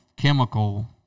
Chemical